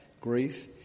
grief